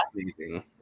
amazing